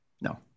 no